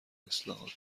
اصلاحات